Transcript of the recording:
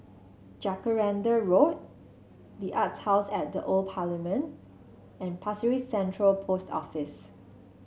Jacaranda Road the Arts House at The Old Parliament and Pasir Ris Central Post Office